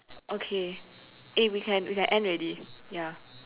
okay eh we can we can end already ya